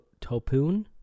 Topoon